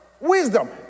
Wisdom